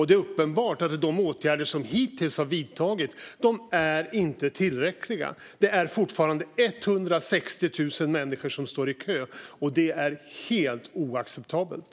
Det är uppenbart att de åtgärder som hittills har vidtagits inte är tillräckliga. Det är fortfarande 160 000 människor som står i kö, och det är helt oacceptabelt.